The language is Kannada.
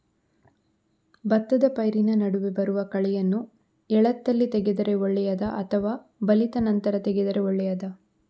ಭತ್ತದ ಪೈರಿನ ನಡುವೆ ಬರುವ ಕಳೆಯನ್ನು ಎಳತ್ತಲ್ಲಿ ತೆಗೆದರೆ ಒಳ್ಳೆಯದಾ ಅಥವಾ ಬಲಿತ ನಂತರ ತೆಗೆದರೆ ಒಳ್ಳೆಯದಾ?